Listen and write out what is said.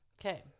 Okay